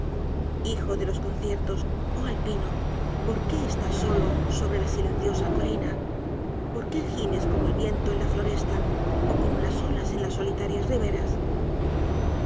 hijo de los conciertos oh alpino por qué estás solo sobre la silenciosa colina por qué gimes como el viento en la floresta ó como las olas en las solitarias riberas